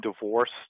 divorced